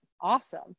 Awesome